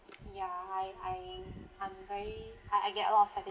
ya I I I'm very I I get a lot of satisfaction